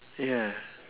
yeah